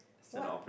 what